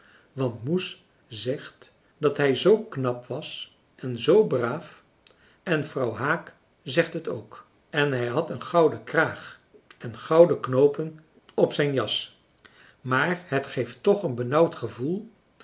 want moes zegt dat hij zoo knap was en zoo braaf en vrouw haak zegt het ook en hij had een gouden kraag en gouden knoopen op zijn jas maar het geeft toch een benauwd gevoel